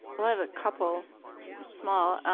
well, i have a couple small.